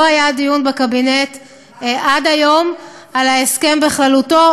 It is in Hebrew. לא היה הדיון בקבינט, עד היום על ההסכם בכללותו.